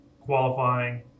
qualifying